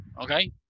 okay